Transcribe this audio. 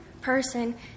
person